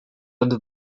under